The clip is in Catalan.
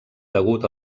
degut